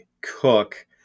cook